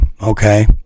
Okay